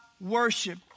worship